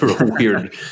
weird